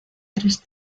tres